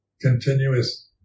continuous